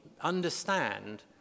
understand